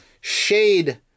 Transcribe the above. shade